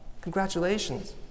congratulations